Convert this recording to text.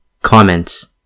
comments